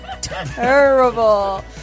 terrible